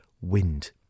Wind